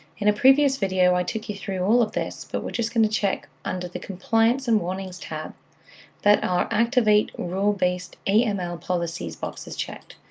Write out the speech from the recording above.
in a previous video, i took you through all of this, but we're just going to check under the compliance and warnings tab that our activate rule based aml policies box is checked.